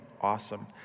awesome